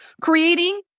creating